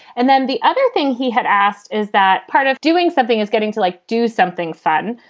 and then the other thing he had asked. is that part of doing something is getting to like do something fun.